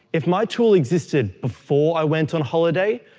if my tool existed before i went on holiday,